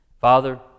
Father